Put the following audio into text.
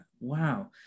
Wow